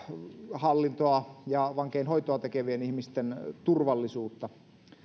hallintoa ja vankeinhoitoa tekevien ihmisten turvallisuutta